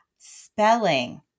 spelling